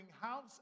house